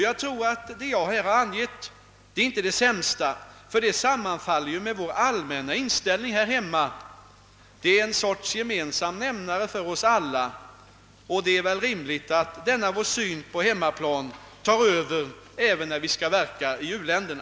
Jag tror att vad jag här har angivit inte är den sämsta. Den sammanfaller med vår allmänna inställning här hemma, Det är en sorts gemensam nämnare för oss alla, och det är väl rimligt, att denna vår syn på hemmaplan blir avgörande även när vi skall verka i u-länderna.